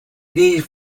les